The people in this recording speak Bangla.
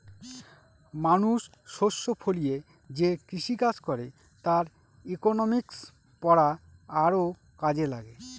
মানুষ শস্য ফলিয়ে যে কৃষিকাজ করে তার ইকনমিক্স পড়া আরও কাজে লাগে